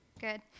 Good